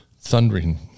thundering